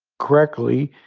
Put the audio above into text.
correctly,